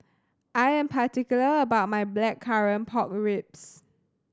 I am particular about my Blackcurrant Pork Ribs